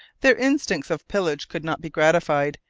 their instincts of pillage could not be gratified,